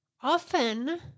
Often